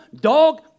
dog